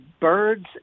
birds